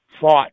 fought